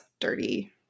dirty